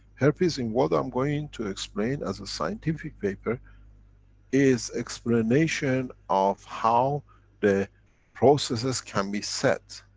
herpes in what i'm going to explain as a scientific paper is explanation of how the processes can be set.